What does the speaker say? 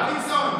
דוידסון,